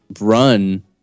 run